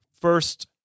first